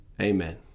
Amen